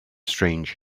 strange